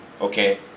okay